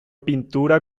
pintura